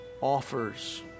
offers